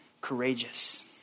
courageous